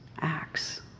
acts